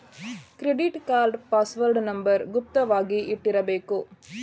credit card password number ಗುಪ್ತ ವಾಗಿ ಇಟ್ಟಿರ್ಬೇಕ